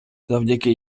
завдяки